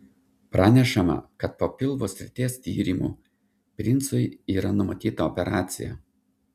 pranešama kad po pilvo srities tyrimų princui yra numatyta operacija